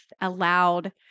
allowed